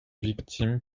victimes